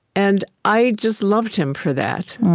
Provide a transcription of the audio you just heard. and i just loved him for that.